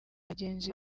abagenzi